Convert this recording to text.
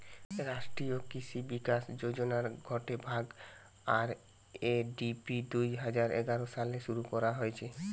রাষ্ট্রীয় কৃষি বিকাশ যোজনার গটে ভাগ, আর.এ.ডি.পি দুই হাজার এগারো সালে শুরু করা হতিছে